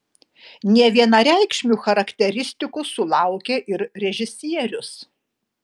nevienareikšmių charakteristikų sulaukė ir režisierius